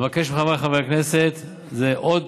אבקש מחבריי חברי הכנסת, זאת עוד